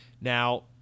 Now